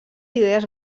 idees